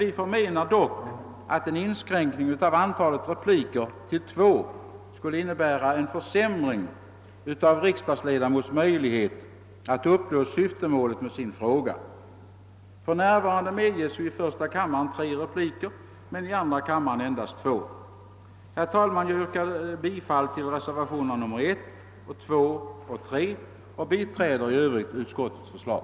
Vi förmenar emellertid att en inskränkning av antalet repliker till två skulle innebära en försämring av riksdagsledamots möjlighet att uppnå syftemålet med sin fråga. För närvarande medges i första kammaren tre repliker. Herr talman! Jag yrkar bifall till reservationerna 1, 2 och 3 och biträder i övrigt utskottets förslag.